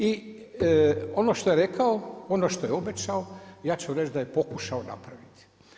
I ono što je rekao, ono što je obećao ja ću reći da je pokušao napraviti.